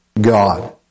God